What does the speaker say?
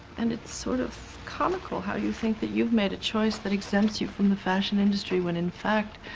and it's sort of comical how you think that you've made a choice that exempts you from the fashion industry when, in fact,